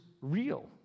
real